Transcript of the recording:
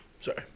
Sorry